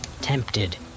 tempted